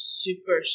super